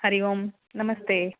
हरिः ओम् नमस्ते